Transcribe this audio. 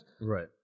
Right